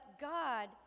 God